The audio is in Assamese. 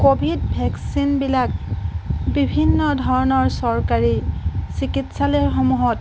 ক'ভিড ভেকচিনবিলাক বিভিন্ন ধৰণৰ চৰকাৰী চিকিৎসালয়সমূহত